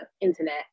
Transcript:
internet